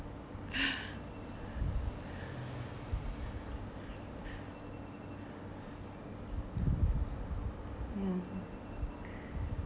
mm